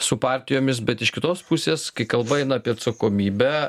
su partijomis bet iš kitos pusės kai kalba eina apie atsakomybę